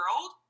world